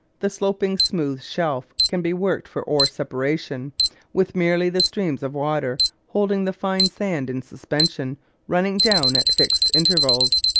the sloping smooth shelf can be worked for ore separation with merely the streams of water holding the fine sand in suspension running down at fixed intervals.